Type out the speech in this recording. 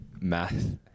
math